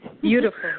Beautiful